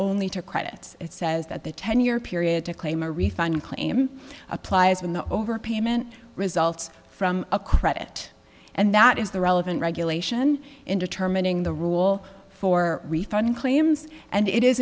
only to credit it says that the ten year period to claim a refund claim applies when the overpayment results from a credit and that is the relevant regulation in determining the rule for refund claims and it is